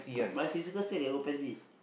my physical state can go P_E_S B